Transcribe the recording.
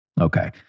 Okay